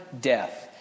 death